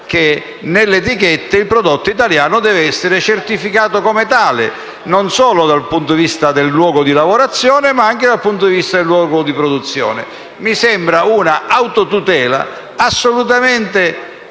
nelle etichette il prodotto italiano deve essere certificato come tale, non solo dal punto di vista del luogo di lavorazione, ma anche dal punto di vista del luogo di produzione. Mi sembra una forma di autotutela assolutamente